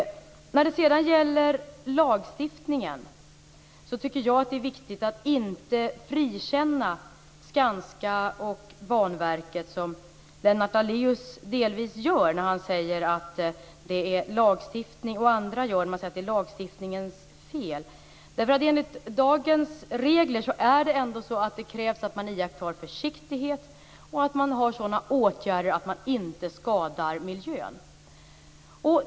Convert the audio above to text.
Jag tycker att det är viktigt att inte frikänna Skanska och Banverket som Lennart Daléus och andra delvis gör när de säger att det är lagstiftningens fel. Enligt dagens regler krävs det ändå att man iakttar försiktighet och vidtar sådan åtgärder att man inte skadar miljön.